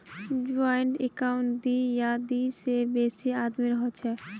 joint account दी या दी से बेसी आदमीर हछेक